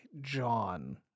john